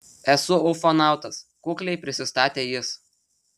esu ufonautas kukliai prisistatė jis